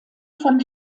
von